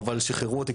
אבל שחררו אותי,